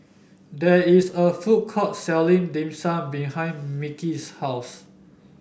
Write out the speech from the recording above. there is a food court selling Dim Sum behind Micky's house